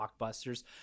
blockbusters